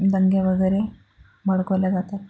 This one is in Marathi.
दंगे वगैरे भडकवले जातात